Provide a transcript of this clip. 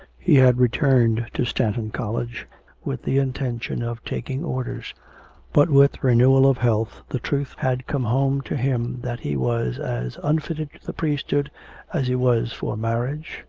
he had returned to stanton college with the intention of taking orders but with renewal of health the truth had come home to him that he was as unfitted to the priesthood as he was for marriage,